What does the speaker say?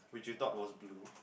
which you thought was blue